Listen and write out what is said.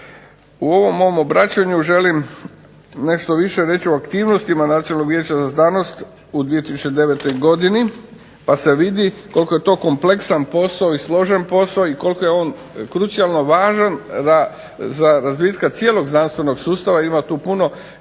U ovom mom obraćanju želim nešto više reći o aktivnostima Nacionalnom vijeću za znanost, pa se vidi koliko je to kompleksan posao i složen posao i koliko je on krucijalno važan za razvijanje cijelog znanstvenog sustava ima tu puno